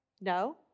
No